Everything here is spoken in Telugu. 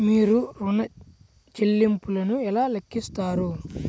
మీరు ఋణ ల్లింపులను ఎలా లెక్కిస్తారు?